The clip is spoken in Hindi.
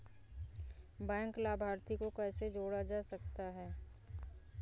बैंक लाभार्थी को कैसे जोड़ा जा सकता है?